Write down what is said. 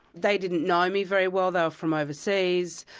they didn't know me very well, they were from overseas,